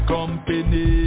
Company